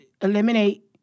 eliminate